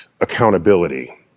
accountability